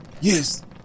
Yes